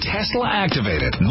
Tesla-activated